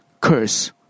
curse